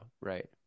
right